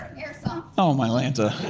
air soft. oh my lanta.